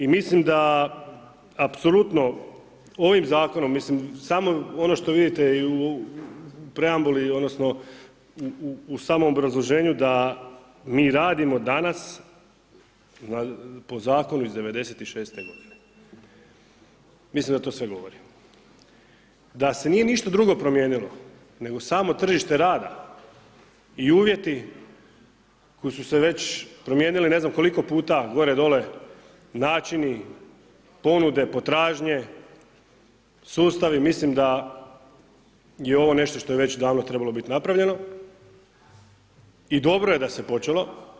I mislim da apsolutno ovim zakonom, mislim samo ono što vidite u preambuli, odnosno u samom obrazloženju da mi radimo danas po zakonu iz '96. godine, mislim da to sve govori, da se nije ništa drugo promijenilo, nego samo tržište rada i uvjeti koji su se već promijenili ne znam koliko puta gore dolje, načini, ponude, potražnje, sustavi mislim da je ovo što je već davno trebalo biti napravljeno i dobro je da se počelo.